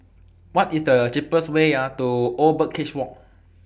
What IS The cheapest Way to Old Birdcage Walk